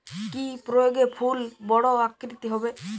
কি প্রয়োগে ফুল বড় আকৃতি হবে?